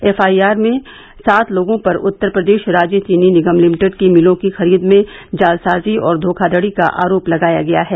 F I R में सात लोगों पर उत्तर प्रदेश राज्य चीनी निगम लिमिटेड की मिलों की खरीद में जालसाजी और धोखाधड़ी का आरोप लगाया गया है